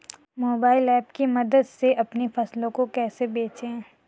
Mobile app की मदद से अपनी फसलों को कैसे बेचें?